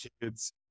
kids